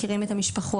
מכירים את המשפחות,